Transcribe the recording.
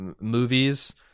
movies